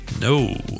No